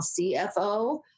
CFO